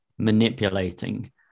Manipulating